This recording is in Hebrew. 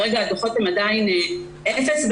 הדוחות עדיין אפס.